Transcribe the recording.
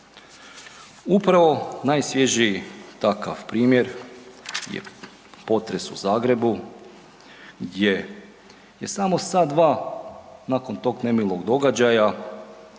Upravo najsvježiji takav primjer je potres u Zagrebu gdje je samo sat-dva nakon tog nemilog događaja,